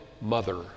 mother